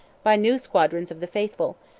by new squadrons of the faithful,